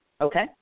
Okay